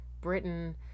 Britain